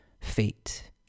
Fate